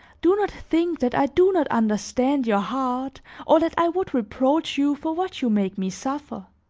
do not think that i do not understand your heart or that i would reproach you for what you make me suffer.